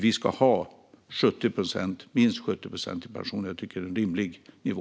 Vi ska ha minst 70 procent i pension; jag tycker att det är en rimlig nivå.